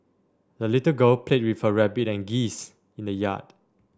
the little girl played with her rabbit and geese in the yard